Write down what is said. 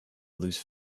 loose